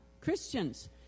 Christians